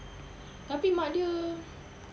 tapi mak dia